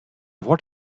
what